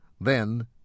Then